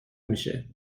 میشه